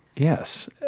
yes,